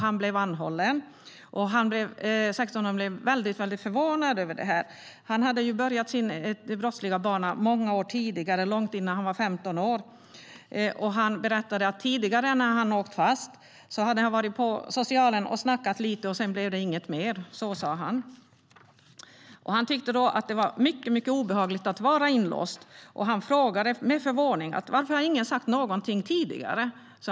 Han blev anhållen, och 16-åringen blev väldigt förvånad över det. Han hade börjat sin brottsliga bana många år tidigare, långt innan han var 15 år. Han berättade att tidigare när han åkt fast hade han varit på socialen och snackat lite, och sedan blev det inget mer. Så sa han. Han tyckte att det var mycket obehagligt att vara inlåst, och han frågade med förvåning: Varför har ingen sagt någonting tidigare?